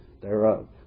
thereof